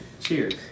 Cheers